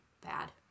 bad